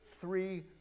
three